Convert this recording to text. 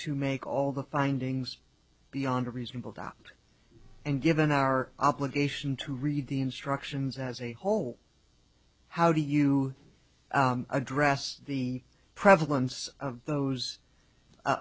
to make all the findings beyond a reasonable doubt and given our obligation to read the instructions as a whole how do you address the prevalence of those